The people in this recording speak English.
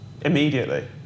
immediately